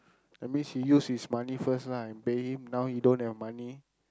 that means he use his money first lah and pay him now he don't have money